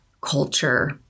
culture